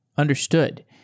understood